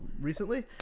recently